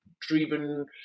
driven